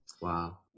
Wow